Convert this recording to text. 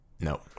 No